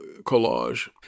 collage